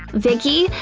vicki?